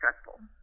stressful